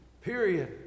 Period